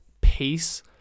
pace